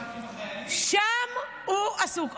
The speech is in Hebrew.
שם הוא עסוק.